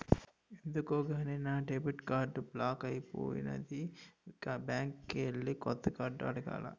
ఎందుకో గాని నా డెబిట్ కార్డు బ్లాక్ అయిపోనాది బ్యాంకికెల్లి కొత్త కార్డు అడగాల